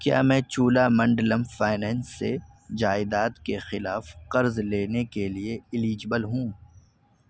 کیا میں Cholamandalam finance سے جائیداد کے خلاف قرض لینے کے لیے ایلیجبل ہوں